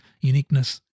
uniqueness